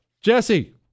Jesse